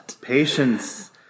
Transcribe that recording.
Patience